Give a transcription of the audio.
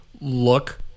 look